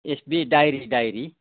SB diary diary